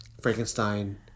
Frankenstein